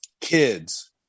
Kids